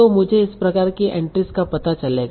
तो मुझे इस प्रकार की एंट्रीस का पता चलेगा